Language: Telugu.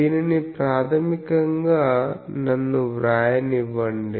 దీనిని ప్రాథమికంగా నన్ను వ్రాయనివ్వండి